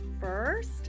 first